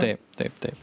taip taip taip